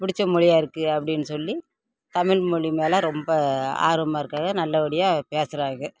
பிடித்த மொழியா இருக்குது அப்படின்னு சொல்லி தமிழ் மொழி மேலே ரொம்ப ஆர்வமாக இருக்காக நல்லபடியாக பேசுகிறாக